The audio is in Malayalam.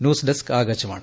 news desk Akashvani